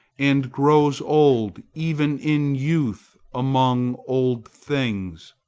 and grows old even in youth among old things.